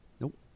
Nope